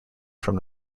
from